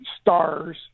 stars